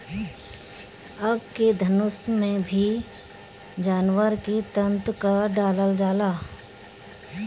अबके धनुष में भी जानवर के तंतु क डालल जाला